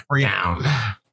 down